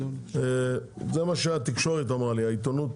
העיתונות